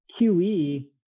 QE